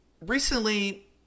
recently